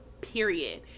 period